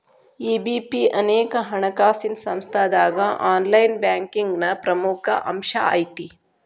EBP ಅನೇಕ ಹಣಕಾಸಿನ್ ಸಂಸ್ಥಾದಾಗ ಆನ್ಲೈನ್ ಬ್ಯಾಂಕಿಂಗ್ನ ಪ್ರಮುಖ ಅಂಶಾಐತಿ